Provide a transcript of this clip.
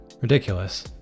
Ridiculous